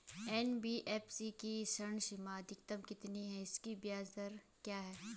NBFC की ऋण सीमा अधिकतम कितनी है इसकी ब्याज दर क्या है?